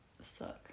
suck